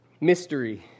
mystery